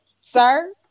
sir